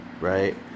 right